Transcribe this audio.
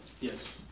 Yes